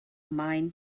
maen